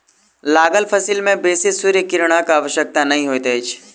लागल फसिल में बेसी सूर्य किरणक आवश्यकता नै होइत अछि